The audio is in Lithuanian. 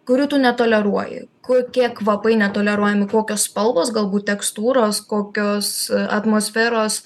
kurių tu netoleruoji kokie kvapai netoleruojami kokios spalvos galbūt tekstūros kokios atmosferos